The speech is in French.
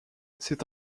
c’est